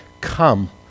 Come